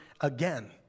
again